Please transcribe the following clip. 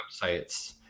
websites